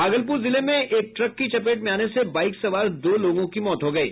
भागलपुर जिले में एक ट्रक की चपेट में आने से बाईक सवार दो लोगों की मौत हो गयी